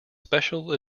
special